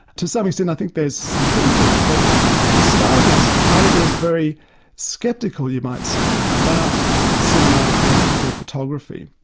to some extent i think there's some truth in it. but for starters heidegger was very sceptical you might say, about cinema and in particular photography.